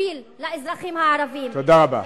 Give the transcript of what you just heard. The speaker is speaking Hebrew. משפיל לאזרחים הערבים, דיברנו, תודה רבה.